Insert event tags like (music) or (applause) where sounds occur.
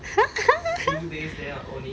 (laughs)